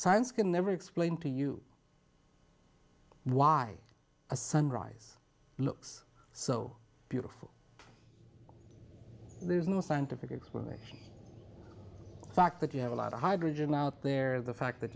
science can never explain to you why a sunrise looks so beautiful there's no scientific explanation fact that you have a lot of hydrogen out there the fact that